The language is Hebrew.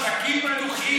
השווקים, מאוד.